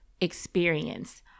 experience